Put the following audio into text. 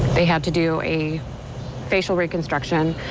they have to do a facial reconstruction.